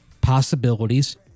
possibilities